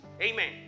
Amen